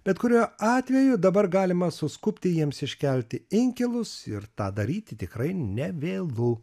bet kuriuo atveju dabar galima suskubti jiems iškelti inkilus ir tą daryti tikrai ne vėlu